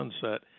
sunset